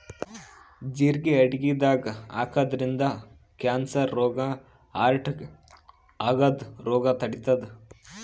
ಜಿರಗಿ ಅಡಗಿದಾಗ್ ಹಾಕಿದ್ರಿನ್ದ ಕ್ಯಾನ್ಸರ್ ರೋಗ್ ಹಾರ್ಟ್ಗಾ ಆಗದ್ದ್ ರೋಗ್ ತಡಿತಾದ್